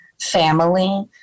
family